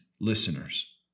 listeners